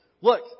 Look